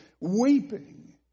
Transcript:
weeping